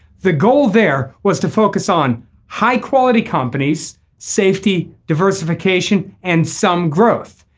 the goal there was to focus on high quality companies safety diversification and some growth.